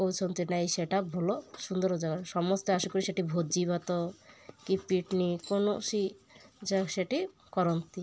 କହୁଛନ୍ତି ନାଇଁ ସେଇଟା ଭଲ ସୁନ୍ଦର ଜାଗା ସମସ୍ତେ ଆସି କରି ସେଇଠି ଭୋଜିଭାତ କି ପିକ୍ନିକ୍ କୌଣସି ଜାଗ ସେଇଠି କରନ୍ତି